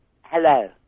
Hello